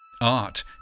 Art